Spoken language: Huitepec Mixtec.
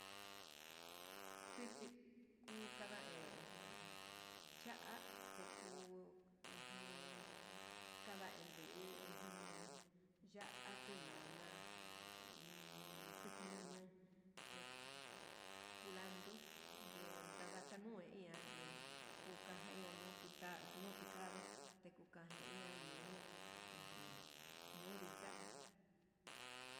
Tichi ku kada hé jun cha'a teku ujun kada eduu, ujun ya'á tenana ummm tejama kulando ngue tadakanue nianake kuu kai nuta'a nutandu tekuka jia nuu ujun nuu nditá.